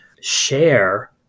share